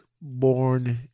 born